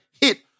hit